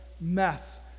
mess